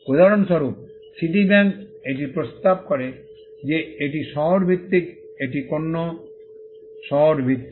উদাহরণস্বরূপ Citibank এটি প্রস্তাব করে যে এটি শহর ভিত্তিক এটি কোনও শহরে ভিত্তিক